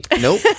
Nope